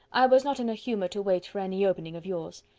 i was not in a humour to wait for any opening of yours.